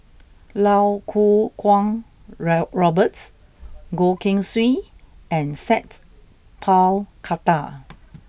Lau Kuo Kwong raw Robert Goh Keng Swee and Sat Pal Khattar